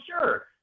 sure